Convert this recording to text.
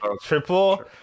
triple